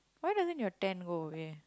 why doesn't your tent go away